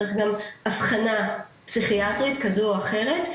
צריך גם אבחנה פסיכיאטרית כזו או אחרת,